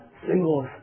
Singles